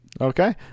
Okay